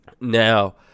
Now